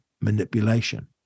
manipulation